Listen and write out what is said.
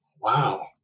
wow